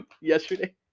yesterday